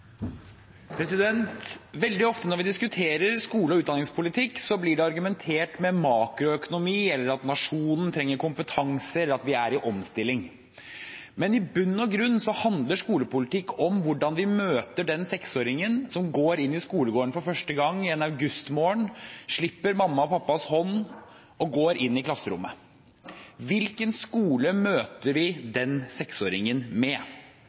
argumentert med makroøkonomi, at nasjonen trenger kompetanse, eller at vi er i omstilling. Men i bunn og grunn handler skolepolitikk om hvordan vi møter den seksåringen som går inn i skolegården for første gang en augustmorgen, slipper mammas og pappas hånd og går inn i klasserommet. Hvilken skole møter vi den seksåringen med?